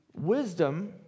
Wisdom